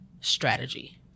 strategy